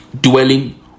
dwelling